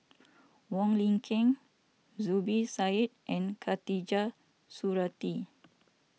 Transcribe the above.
Wong Lin Ken Zubir Said and Khatijah Surattee